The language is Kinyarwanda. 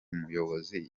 muyobozi